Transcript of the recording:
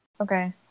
okay